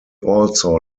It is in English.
also